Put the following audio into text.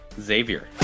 Xavier